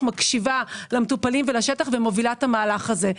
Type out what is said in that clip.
מקשיבה למטופלים ולשטח ומובילה את המהלך הזה.